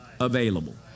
available